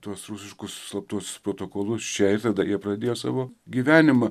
tuos rusiškus slaptus protokolus čia ir tada jie pradėjo savo gyvenimą